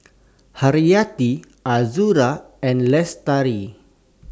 Hayati Azura and Lestari